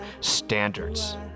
standards